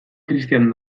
cristian